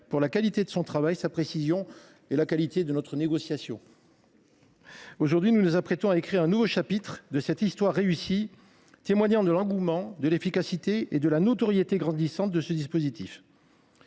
pour la qualité de son travail, sa précision, mais également pour la qualité de nos négociations. Aujourd’hui, nous nous apprêtons à écrire un nouveau chapitre de cette histoire réussie, ce qui témoigne de l’engouement, de l’efficacité et de la notoriété grandissante de ce dispositif.